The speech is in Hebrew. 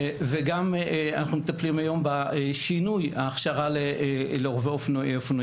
וגם אנחנו מטפלים היום בשינוי ההכשרה לאופנועים.